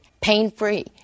pain-free